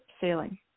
sailing